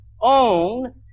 own